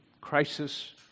crisis